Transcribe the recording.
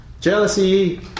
jealousy